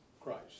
Christ